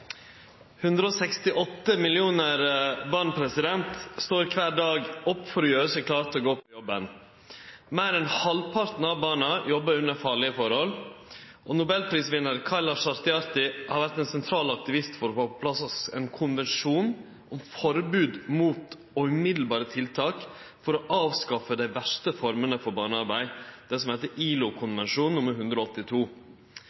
168 millionar born står kvar dag opp for å gjere seg klare til å gå på jobben. Meir enn halvparten av borna jobbar under farlege forhold, og nobelprisvinnar Kailash Satyarthi har vore ein sentral aktivist for å få på plass ein konvensjon om forbod mot og umiddelbare tiltak for å avskaffe dei verste formene for